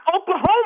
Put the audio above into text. Oklahoma